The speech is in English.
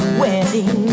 wedding